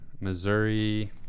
Missouri